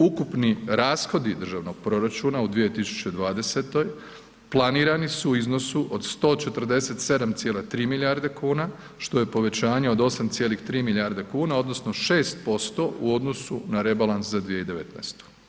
Ukupni rashodi državnog proračuna u 2020. planirani su u iznosu od 147,3 milijarde kuna što je povećanje od 8,3 milijarde kuna odnosno 6% u odnosu na rebalans za 2019.